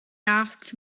asked